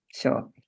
Sure